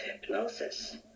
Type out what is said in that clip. hypnosis